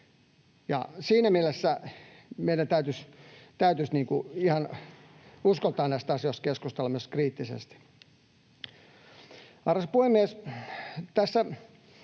Siinä mielessä meidän täytyisi ihan uskaltaa keskustella näistä asioista myös kriittisesti. Arvoisa puhemies! Tässä